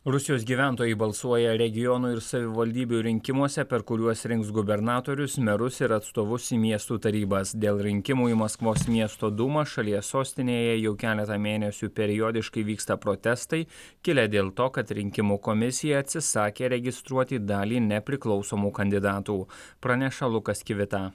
rusijos gyventojai balsuoja regionų ir savivaldybių rinkimuose per kuriuos rinks gubernatorius merus ir atstovus į miestų tarybas dėl rinkimų į maskvos miesto dūmą šalies sostinėje jau keletą mėnesių periodiškai vyksta protestai kilę dėl to kad rinkimų komisija atsisakė registruoti dalį nepriklausomų kandidatų praneša lukas kivita